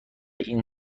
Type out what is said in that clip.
این